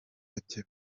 bake